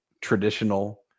traditional